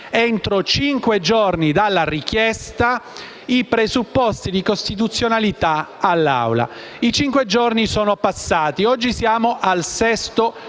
entro cinque giorni dalla richiesta, i presupposti di costituzionalità in Aula. I cinque giorni sono passati e oggi siamo al sesto giorno.